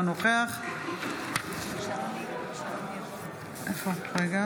אינו נוכח